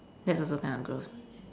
that's also kind of gross